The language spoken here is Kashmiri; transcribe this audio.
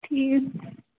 ٹھیٖک